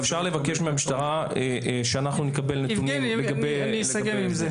אפשר לבקש מהמשטרה שאנחנו נקבל נתונים לגבי זה.